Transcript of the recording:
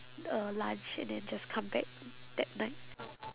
uh lunch and then just come back that night